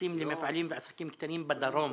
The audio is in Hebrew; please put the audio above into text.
ותמריצים למפעלים ועסקים קטנים בדרום.